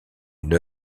une